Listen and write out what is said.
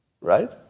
Right